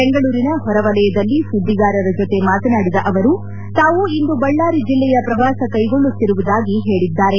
ಬೆಂಗಳೂರಿನ ಹೊರವಲಯದಲ್ಲಿ ಸುದ್ದಿಗಾರರ ಜೊತೆ ಮಾತನಾಡಿದ ಅವರು ತಾವು ಇಂದು ಬಳ್ಳಾರಿ ಜಿಲ್ಲೆಯ ಶ್ರವಾಸ ಕೈಗೊಳ್ಳುತ್ತಿರುವುದಾಗಿ ಹೇಳಿದ್ದಾರೆ